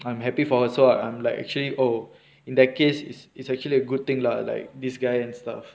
I am happy for her so I'm like actually oh in decades it's actually a good thing lah like this guy and stuff